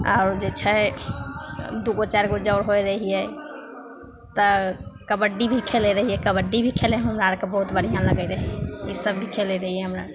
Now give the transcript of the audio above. आओर जे छै दुइ गो चारि गो जर होइ रहिए तऽ कबड्डी भी खेलै रहिए कबड्डी भी खेलैमे हमरा आओरके बहुत बढ़िआँ लागै रहै ईसब खेलै रहिए हमरा आओर